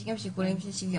יש גם שיקולים של שוויון.